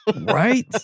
Right